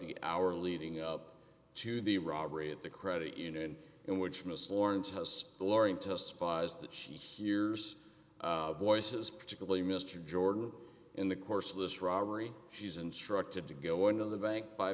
the hour leading up to the robbery at the credit union in which miss lawrence has lauren testifies that she hears voices particularly mr jordan in the course of this robbery she's instructed to go into the bank by